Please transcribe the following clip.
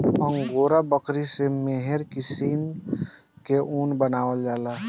angora बकरी से mohair किसिम के ऊन बनावल जाला